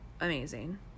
amazing